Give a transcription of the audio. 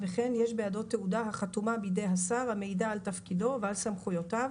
וכן יש בידו תעודה החתומה בידי השר המעידה על תפקידו ועל סמכויותיו,